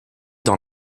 dans